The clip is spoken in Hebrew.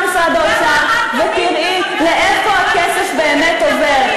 משרד האוצר ותראי לאיפה הכסף באמת עובר.